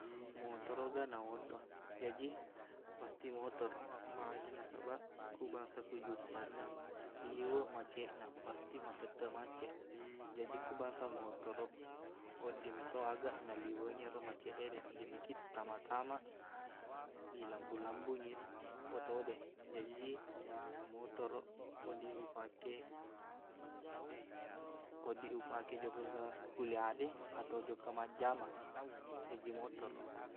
Motoroq ga na oto jaji pasti motoroq magi nasabaq ku bangsa ku juppandang liweq maceqna pasti matetteq maceq jaji ku bangsa motoroq wedding meto aga naliwengi ero maceq ede wedding mekkiq tama-tama ilambung-lambungngi oto de jaji motoroq wedding ufake- wedding ufake jokka ke kuliah de atau jokka majjama jaji motoroq